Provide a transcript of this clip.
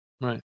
Right